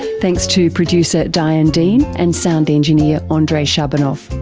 thanks to producer diane dean and sound engineer, ah andrei shabunov.